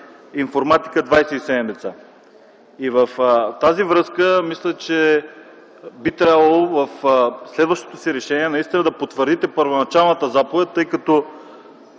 информатика – 27 деца. В тази връзка мисля, че би трябвало в следващото си решение да потвърдите първоначалната заповед, тъй като